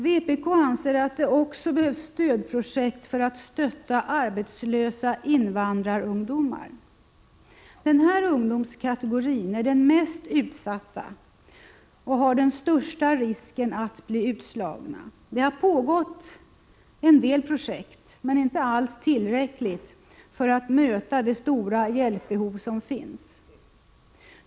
Vpk anser att det också behövs stödprojekt för att stötta arbetslösa invandrarungdomar. Denna ungdomskategori är den mest utsatta och löper den största risken att bli utslagen. Det har pågått en del projekt, men det är inte alls tillräckligt för att möta det stora hjälpbehov som finns.